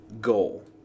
goal